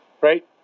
right